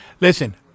Listen